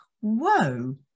Whoa